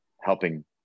helping